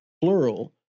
Plural